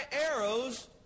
arrows